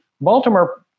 Baltimore